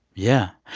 yeah.